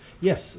Yes